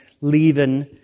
leaving